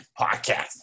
podcast